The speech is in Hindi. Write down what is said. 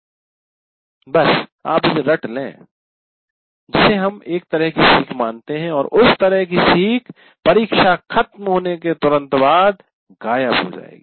आप बस इसे रट लें जिसे हम एक तरह की सीख मानते हैं और उस तरह की सीख परीक्षा खत्म होने के तुरंत बाद गायब हो जाएगी